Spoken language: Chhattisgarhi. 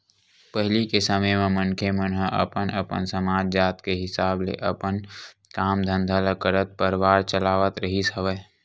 पहिली के समे म मनखे मन ह अपन अपन समाज, जात के हिसाब ले अपन काम धंधा ल करत परवार चलावत रिहिस हवय